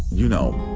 you know?